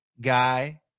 guy